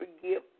forgive